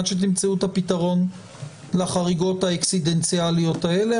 עד שתמצאו את הפתרון לחריגות האקסידנטאליות האלה.